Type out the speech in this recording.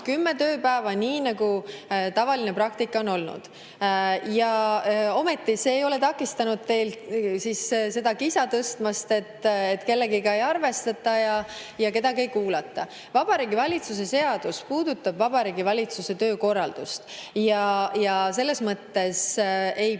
kümme tööpäeva, nii nagu tavaline praktika on olnud. Ometi ei ole see takistanud teil tõstmast kisa, et kellegagi ei arvestata ja kedagi ei kuulata. Vabariigi Valitsuse seadus puudutab Vabariigi Valitsuse töökorraldust. See ei